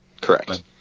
Correct